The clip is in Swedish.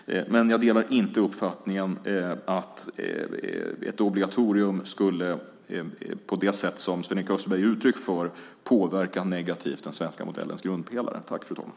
Men jag delar inte uppfattningen att ett obligatorium skulle påverka den svenska modellens grundpelare negativt på det sätt som Sven-Erik Österberg har uttryckt.